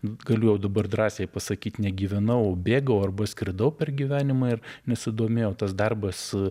galiu dabar drąsiai pasakyt negyvenau bėgau arba skridau per gyvenimą ir nesidomėjau tas darbas